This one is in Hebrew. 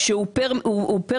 שהוא פר משרד.